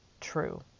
true